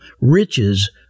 riches